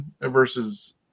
versus